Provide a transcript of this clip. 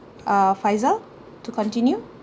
uh faizal to continue